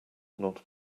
not